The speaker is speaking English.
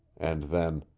and then,